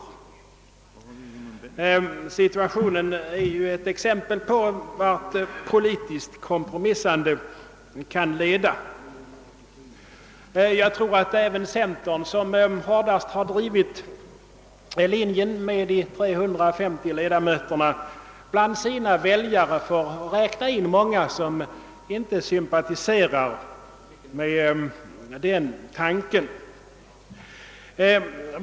Den situation som uppstått är ett exempel på vart politiskt kompromissande kan leda. Jag tror att även centern, som ju är det parti som hårdast har drivit linjen med de 350 ledamöterna, bland sina väljare får räkna in många som inte sympatiserar med förslaget.